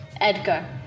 Edgar